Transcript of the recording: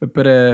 Para